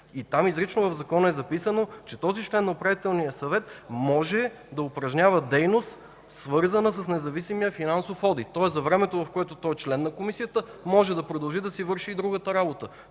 Изрично в закона е записано, че този член на Управителния съвет може да упражнява дейност, свързана с независимия финансов одит. Тоест за времето, в което той е член на Комисията, може да продължи да си върши и другата работа.